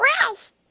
Ralph